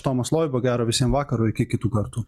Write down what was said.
tomas loiba gero visiem vakaro iki kitų kartų